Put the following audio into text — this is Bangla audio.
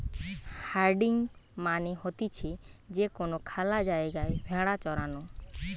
হার্ডিং মানে হতিছে যে কোনো খ্যালা জায়গায় ভেড়া চরানো